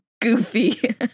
Goofy